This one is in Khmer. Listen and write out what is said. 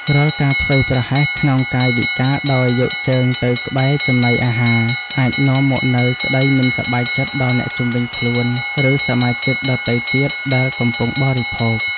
រាល់ការធ្វេសប្រហែសក្នុងកាយវិការដោយយកជើងទៅក្បែរចំណីអាហារអាចនាំមកនូវក្តីមិនសប្បាយចិត្តដល់អ្នកជុំវិញខ្លួន ឬ សមាជិកដទៃទៀតដែលកំពុងបរិភោគ។